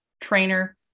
trainer